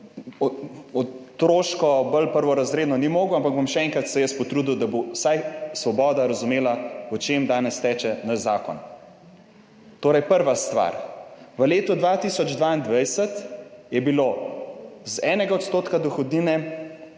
otroško, bolj prvorazredno ni mogel, ampak bom še enkrat se jaz potrudil, da bo vsaj Svoboda razumela o čem danes teče naš zakon. Torej, prva stvar, v letu 2022 je bilo z 1 % dohodnine